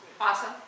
awesome